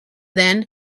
then